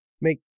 make